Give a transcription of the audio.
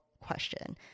question